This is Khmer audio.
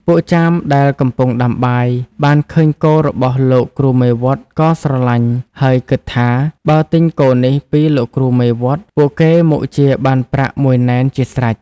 ពួកចាមដែលកំពុងដាំបាយ បានឃើញគោរបស់លោកគ្រូមេវត្ត ក៏ស្រឡាញ់ហើយគិតថាបើទិញគោនេះពីលោកគ្រូមេវត្ត ពួកគេមុខជាបានប្រាក់ ១ ណែនជាស្រេច។